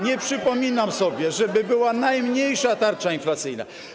Nie przypominam sobie, żeby była najmniejsza tarcza inflacyjna.